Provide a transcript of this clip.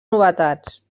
novetats